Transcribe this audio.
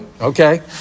Okay